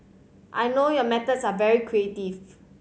I know your methods are very creative